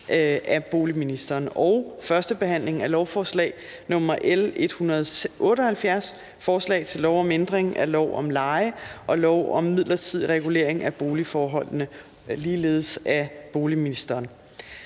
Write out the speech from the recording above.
22.04.2020). 6) 1. behandling af lovforslag nr. L 178: Forslag til lov om ændring af lov om leje og lov om midlertidig regulering af boligforholdene. (Styrkelse af lejerne).